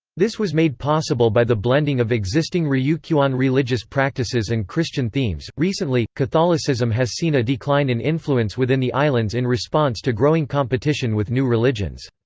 this was made possible by the blending of existing ryukyuan religious practices and christian themes recently, catholicism has seen a decline in influence within the islands in response to growing competition with new religions.